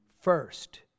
first